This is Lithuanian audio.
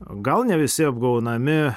gal ne visi apgaunami